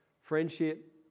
friendship